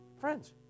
Friends